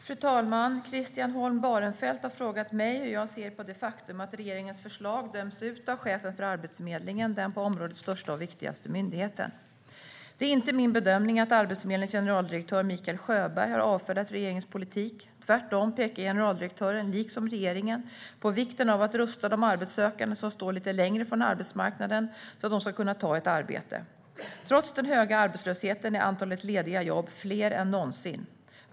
Fru talman! Christian Holm Barenfeld har frågat mig hur jag ser på det faktum att regeringens förslag döms ut av chefen för Arbetsförmedlingen, den på området största och viktigaste myndigheten. Det är inte min bedömning att Arbetsförmedlingens generaldirektör Mikael Sjöberg har avfärdat regeringens politik. Tvärtom pekar generaldirektören, liksom regeringen, på vikten av att rusta arbetssökande som står lite längre ifrån arbetsmarknaden så att de ska kunna ta ett arbete. Trots den höga arbetslösheten är antalet lediga jobb fler än någonsin.